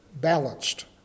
balanced